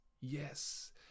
Yes